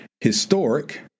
historic